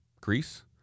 Greece